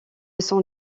sont